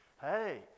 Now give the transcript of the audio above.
Hey